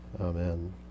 Amen